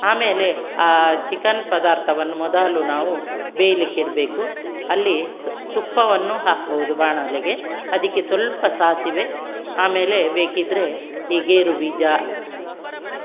ಆಮೇಲೆ ಆ ಚಿಕನ್ ಪದಾರ್ಥವನ್ನು ಮೊದಲು ನಾವು ಬೇಯಲಿಕ್ಕಿಡ್ಬೇಕು ಅಲ್ಲಿ ಸ ತುಪ್ಪವನ್ನು ಹಾಕ್ಬೌದು ಬಾಣಲೆಗೆ ಅದಕ್ಕೆ ಸ್ವಲ್ಪ ಸಾಸಿವೆ ಆಮೇಲೆ ಬೇಕಿದ್ದರೆ ಈ ಗೇರುಬೀಜ